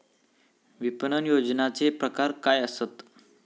विपणन नियोजनाचे प्रकार काय आसत?